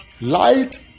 Light